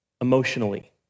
emotionally